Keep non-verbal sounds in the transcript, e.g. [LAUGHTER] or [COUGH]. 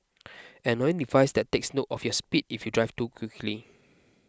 [NOISE] an annoying device that takes note of your speed if you drive too quickly